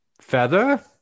feather